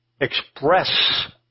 express